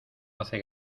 hace